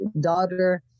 daughter